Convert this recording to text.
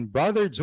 Brother